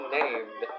named